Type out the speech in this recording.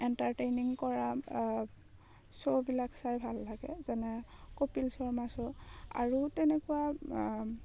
entertaining কৰা শ্ব'বিলাক চাই ভাল লাগে যেনে কপিল শৰ্মা শ্ব' আৰু তেনেকুৱা